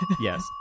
yes